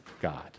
God